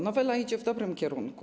Nowela idzie w dobrym kierunku.